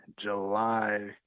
July